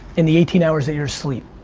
in the eighteen hours that you're asleep,